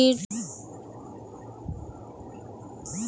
ঝড় বৃষ্টির পরে বন্যা হলে মাটি এবং জমির অনেক ক্ষতি হয়